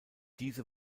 diese